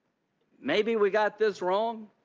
maybe we got this wrong.